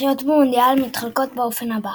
הזכיות במונדיאל מתחלקות באופן הבא